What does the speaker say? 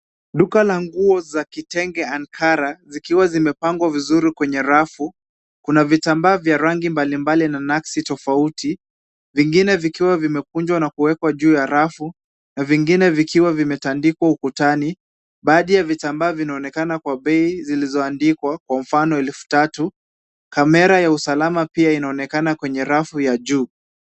Duka la nguo za kitenge ankara zikiwa zimepangwa vizuri kwenye rafu, kuna vitambaa vya rangi mbalimbali na naksi tofauti vingine vikiwa vimekunjwa na kuwekwa juu ya rafu na vingine vikiwa vimetandikwa ukutani .Baadhi ya vitambaa vinaonekana kwa bei zilizoandikwa kwa mfano elfu tatu. Kamera ya usalama pia inaonekana kwenye rafu ya juu.